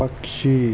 పక్షి